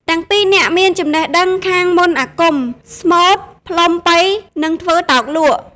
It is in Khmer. ទាំងពីរនាក់មានចំណេះដឹងខាងមន្តអាគម ស្មូត្រ ផ្លុំប៉ី និងធ្វើតោកលក់។